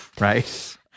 right